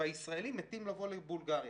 והישראלים "מתים" לבוא לבולגריה.